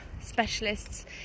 specialists